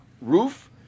roof